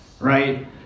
right